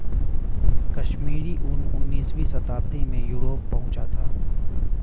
कश्मीरी ऊन उनीसवीं शताब्दी में यूरोप पहुंचा था